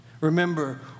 Remember